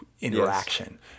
interaction